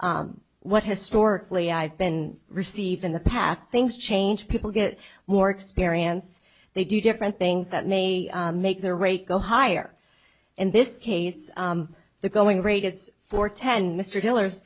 basically what historically i've been received in the past things change people get more experience they do different things that may make their rate go higher in this case the going rate is for ten mr dealers